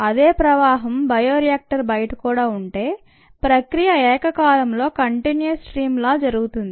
అదే ప్రవాహం bioreactor బయట కూడా ఉంటే ప్రక్రియ ఏకకాలంలో కంటిన్యూస్ స్ట్రీమ్ లా జరుగుతుంది